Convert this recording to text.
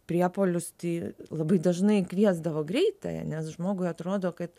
priepuolius tai labai dažnai kviesdavo greitąją nes žmogui atrodo kad